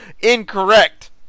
incorrect